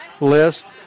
list